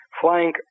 flying